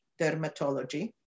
dermatology